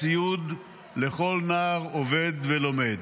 מתן ציוד הלמידה עבור נוער עובד ולומד,